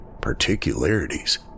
Particularities